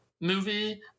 movie